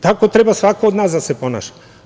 Tako treba svako od nas da se ponaša.